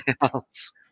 else